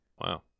Wow